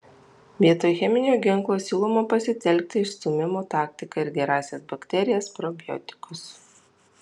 vietoj cheminio ginklo siūloma pasitelkti išstūmimo taktiką ir gerąsias bakterijas probiotikus